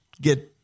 get—